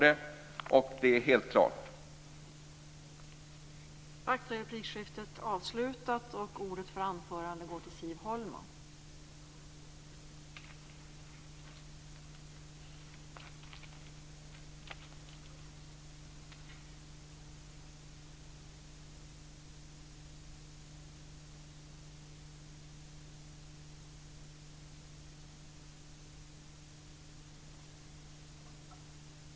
Vet inte Lena Ek vad hon har skrivit under?